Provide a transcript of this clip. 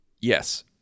Yes